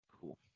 Cool